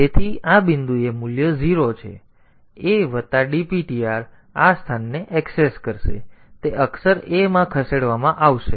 તેથી આ બિંદુએ મૂલ્ય 0 છે a વત્તા dptr તેથી તે આ સ્થાનને ઍક્સેસ કરશે જેથી તે અક્ષર a માં ખસેડવામાં આવશે